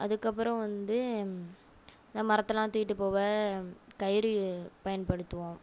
அதுக்கு அப்புறம் வந்து இந்த மரத்தெல்லாம் தூக்கிட்டு போக கயிறு பயன்படுத்துவோம்